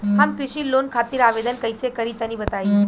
हम कृषि लोन खातिर आवेदन कइसे करि तनि बताई?